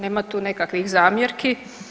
Nema tu nekakvih zamjerki.